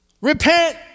Repent